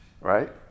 Right